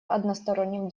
односторонним